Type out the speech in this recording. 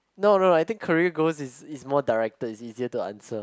no no no I think career goals is is more directed is easier to answer